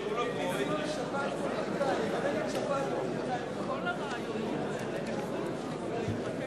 בקריאה ראשונה ברוב של 62 חברי כנסת נגד 47.